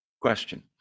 question